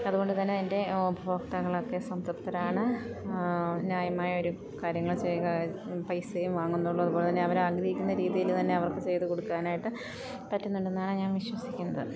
അതുകൊണ്ട് തന്നെ എൻ്റെ ഉപഭോക്തക്കൾ ഒക്കെ സംതൃപ്തരാണ് ന്യായമായ ഒരു കാര്യങ്ങൾ ചെയ്യുക പൈസയും വാങ്ങുന്നുള്ളൂ അതുപോലെ തന്നെ അവർ ആഗ്രഹിക്കുന്ന രീതിയിൽ തന്നെ അവർക്ക് ചെയ്ത് കൊടുക്കാനായിട്ട് പറ്റുന്നുണ്ട് എന്നാണ് ഞാൻ വിശ്വസിക്കുന്നത്